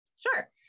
Sure